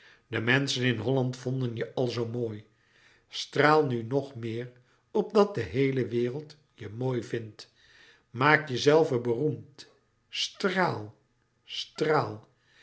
de menschen in holland vonden je al zoo mooi straal nu nog meer opdat de hééle wereld je mooi vindt maak jezelven beroemd straal straal